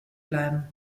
bleiben